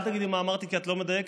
אל תגידי מה אמרתי, כי את לא מדייקת.